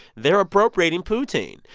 they're appropriating poutine,